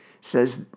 says